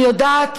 אני יודעת